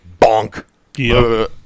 bonk